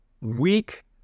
weak